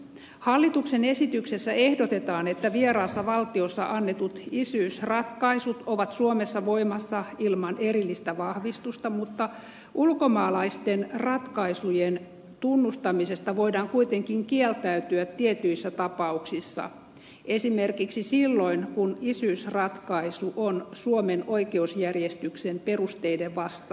hallituksen esityksessä ehdotetaan että vieraassa valtiossa annetut isyysratkaisut ovat suomessa voimassa ilman erillistä vahvistusta mutta ulkomaalaisten ratkaisujen tunnustamisesta voidaan kuitenkin kieltäytyä tietyissä tapauksissa esimerkiksi silloin kun isyysratkaisu on suomen oikeusjärjestyksen perusteiden vastainen